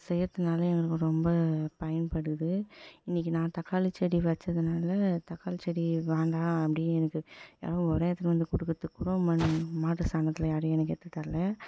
செய்கிறதுனால எங்களுக்கு ரொம்ப பயன்படுது இன்றைக்கி நான் தக்காளி செடி வச்சதுனால் தக்காளி செடி வேண்டாம் அப்படின்னு எனக்கு யாரும் உரம் எடுத்து வந்து கொடுக்கறதுக்கு கூட மண் மாட்டு சாணத்தில் யாரும் எனக்கு எடுத்துத்தரல